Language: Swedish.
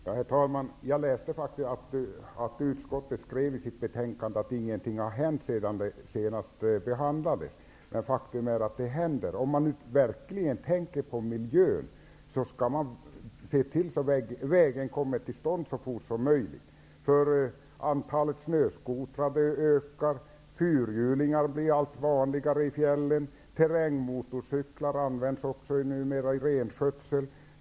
Herr talman! Jag läste faktiskt att utskottet skrev i sitt betänkande att ingenting har hänt sedan frågan senast behandlades. Men faktum är att det händer saker. Om man verkligen tänker på miljön skall man se till att vägen kommer till stånd så fort som möjligt, för antalet snöskotrar ökar. Fyrhjulingar blir allt vanligare i fjällen. Terrängmotorcyklar används numera även inom renskötseln.